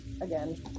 again